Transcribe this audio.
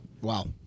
Wow